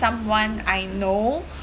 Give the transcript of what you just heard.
someone I know